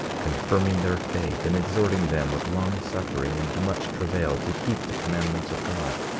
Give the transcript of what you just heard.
confirming their faith, and exhorting them with long-suffering and much travail to keep the commandments of god.